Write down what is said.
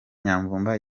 nyamvumba